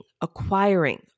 acquiring